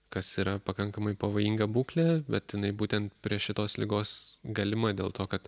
kas yra pakankamai pavojinga būklė bet jinai būtent prie šitos ligos galima dėl to kad